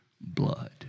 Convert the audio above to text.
blood